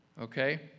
Okay